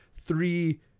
three